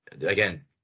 again